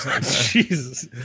Jesus